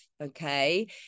okay